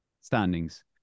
standings